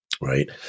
Right